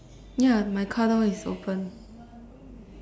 ya my car door is open